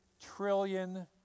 trillion